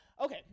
Okay